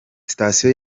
sitasiyo